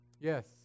Yes